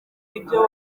ibyo